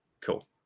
Cool